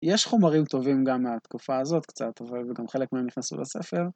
יש חומרים טובים גם מהתקופה הזאת קצת, אבל גם חלק מהם נכנסו לספר.